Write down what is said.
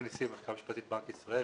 אני מהלשכה המשפטית בבנק ישראל.